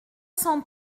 cent